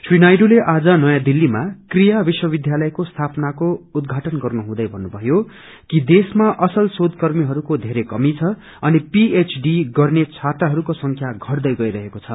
श्री नायडूले आज नयाँ दिल्लीमा क्रिया अवश्वविध्यालयको स्थापनाको उद्घाटन गर्नुहुँदै भन्नुभयो कि देशमा असल शोधकर्मीहरूको बेरै कमी छ अनि पीएचडी गर्ने छात्रहरूको संख्या घटदै गइरहेको द